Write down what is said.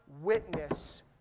witness